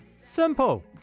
Simple